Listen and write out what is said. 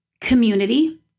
community